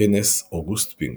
כנס "אוגוסט פינגווין"